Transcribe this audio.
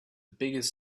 biggest